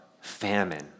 famine